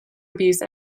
abuse